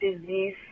disease